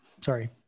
sorry